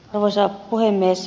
arvoisa puhemies